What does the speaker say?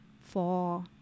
four